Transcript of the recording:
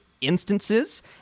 instances